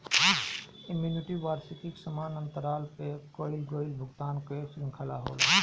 annuity वार्षिकी समान अंतराल पअ कईल गईल भुगतान कअ श्रृंखला होला